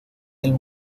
del